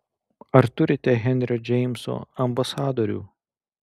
ar turite henrio džeimso ambasadorių